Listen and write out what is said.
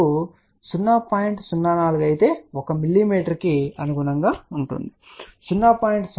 04" అయితే 1 మిమీకి అనుగుణంగా ఉంటుంది సరే 0